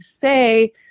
say